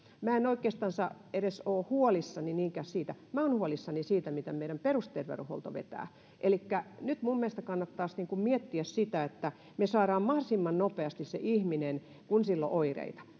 minä en oikeastansa edes ole huolissani niinkään siitä minä olen huolissani siitä miten meidän perusterveydenhuolto vetää elikkä nyt minun mielestäni kannattaisi miettiä sitä että me saamme mahdollisimman nopeasti ihmisen kun hänellä on oireita